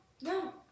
no